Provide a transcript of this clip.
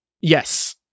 Yes